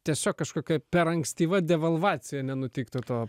tiesiog kažkokia per ankstyva devalvacija nenutiktų to